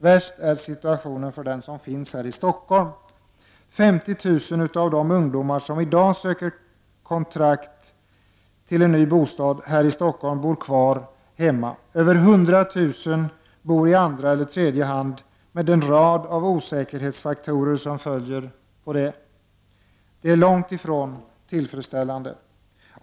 Värst är situationen för dem som finns här i Stockholm. 50 000 av de ungdomar som i dag söker kontrakt till en ny bostad här i Stockholm bor kvar hemma. Över 100 000 bor i andra eller tredje hand med den rad av osäkerhetsfaktorer som följer av det. Det är långt ifrån tillfredsställande.